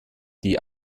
die